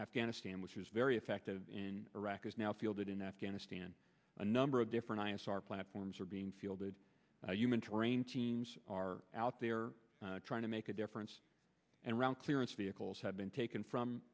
afghanistan which is very effective in iraq is now fielded in afghanistan a number of different diets are platforms are being fielded human terrain teams are out there trying to make a difference and around clearance vehicles have been taken from